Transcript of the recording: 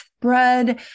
spread